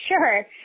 Sure